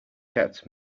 kept